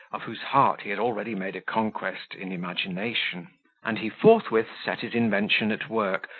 of whose heart he had already made a conquest in imagination and he forthwith set his invention at work,